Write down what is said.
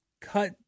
cut